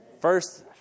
First